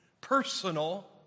personal